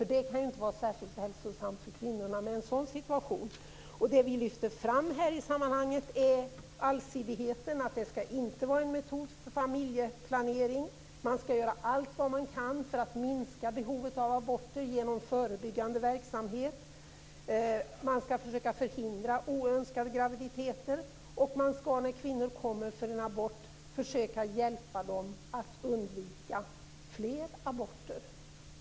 Det kan ju inte vara särskilt hälsosamt för kvinnorna med en sådan situation. Det vi lyfter fram är allsidigheten. Detta skall inte vara en metod för familjeplanering. Man skall göra allt man kan för att minska behovet av aborter genom förebyggande verksamhet. Man skall försöka förhindra oönskade graviditeter, och man skall, när kvinnor kommer för en abort, försöka hjälpa dem att undvika fler aborter.